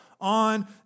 on